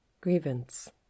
grievance